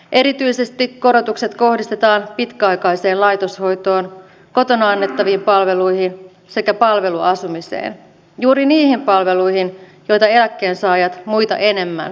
erityisesti korotukset kohdistetaan pitkäaikaiseen laitoshoitoon kotona annettaviin palveluihin sekä palveluasumiseen juuri niihin palveluihin joita eläkkeensaajat muita enemmän tarvitsevat